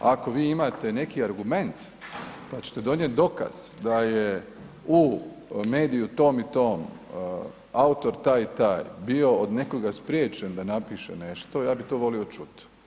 Ako vi imate neki argument pa ćete donijeti dokaz da je u mediju tom i tom, autor taj i taj bio od nekoga spriječen da napiše nešto, ja bih to volio čuti.